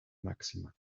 máxima